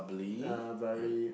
uh very